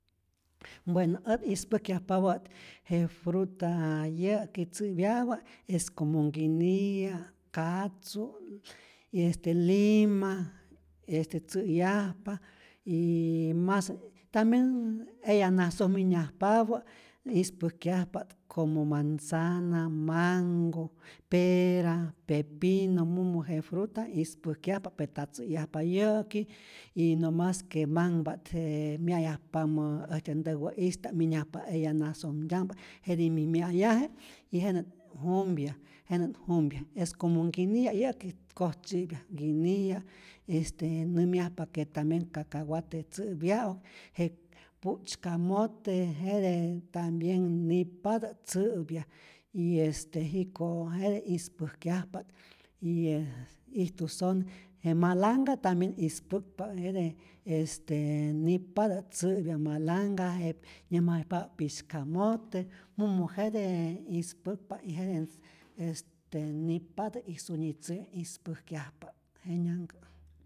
Bueno ät ispäjkyajpapä't je fruta yä'ki tzäpyapä es como nkiniya', katzu', y este lima este tzä'yajpa y mas tambien eya nasoj minyajpapä ispäjkyajpa't como manzana, mango, pera, pepino mumu je fruta ispäjkyajpa't, pe nta tzä'yajpa yä'ki y no mas que manhpa't je mya'yajpamä äjtyä ntäwä'ista'p minyajpa eya nasomtya'mpä jeti mi mya'yaje y jenä't jumpya, jenä't jumpya, es como nkiniya yä'ki koj tzyä'pya, nkiniya, este nämyajpa que tambien cacahuate tzä'pya'uk, je putzy camote jete tambien nip'patä tzä'pya, y este jiko' jete ispäjkyajpa't y je ijtu sone, je malanga tambien ispäkpa't, jete este nip'patä tzäpya malanga, je nyäjmayajpapä pisykamote, mumu jete ispä'kpa't, y jete este nip'patä y sunyi tzä' ispäjkyajpa't, jenyanhkä'.